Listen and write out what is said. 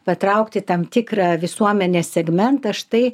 patraukti tam tikrą visuomenės segmentą štai